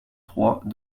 trois